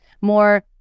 more